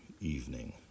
evening